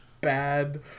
bad